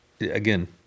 again